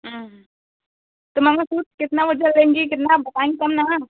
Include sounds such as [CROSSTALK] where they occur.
तो कितना [UNINTELLIGIBLE] वज़न लेंगी कितना बताएँगी तब ना